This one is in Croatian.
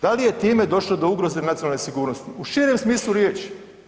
Da li je time došlo do ugroze nacionalne sigurnosti u širem smislu riječi?